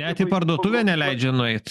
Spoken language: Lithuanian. net į parduotuvę neleidžia nueit